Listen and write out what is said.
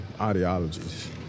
ideologies